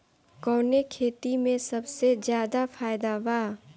कवने खेती में सबसे ज्यादा फायदा बा?